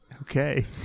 Okay